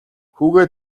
хүүгээ